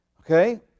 okay